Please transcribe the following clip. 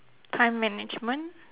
time management